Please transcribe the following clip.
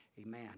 amen